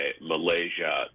Malaysia